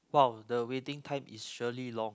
wow the waiting time is surely long